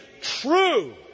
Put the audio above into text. true